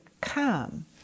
come